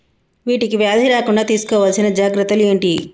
వీటికి వ్యాధి రాకుండా తీసుకోవాల్సిన జాగ్రత్తలు ఏంటియి?